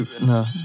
no